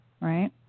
Right